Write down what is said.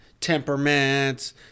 temperaments